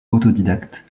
autodidacte